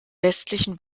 westlichen